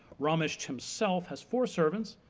ramisht himself has four servants,